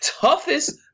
toughest